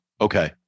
Okay